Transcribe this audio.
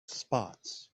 spots